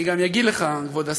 אני גם אגיד לך, כבוד השר,